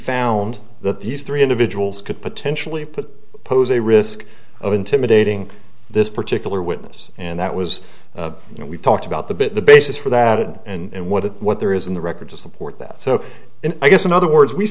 found that these three individuals could potentially put pose a risk of intimidating this particular witness and that was you know we talked about the bit the basis for that had and what it what there is in the record to support that so i guess in other words we